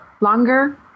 Longer